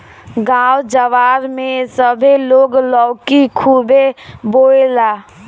गांव जवार में सभे लोग लौकी खुबे बोएला